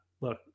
look